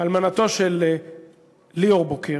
אלמנתו של ליאור בוקר,